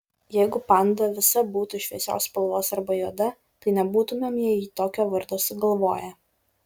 jeigu panda visa būtų šviesios spalvos arba juoda tai nebūtumėm jai tokio vardo sugalvoję